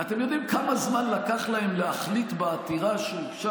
אתם יודעים כמה זמן לקח להם להחליט בעתירה שהוגשה